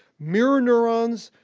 mirror neurons,